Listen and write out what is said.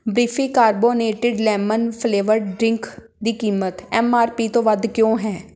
ਬੀਫੀ carbonated lemon flavour drink ਦੀ ਕੀਮਤ M R P ਤੋਂ ਵੱਧ ਕਿਉਂ ਹੈ